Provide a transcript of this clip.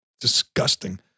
disgusting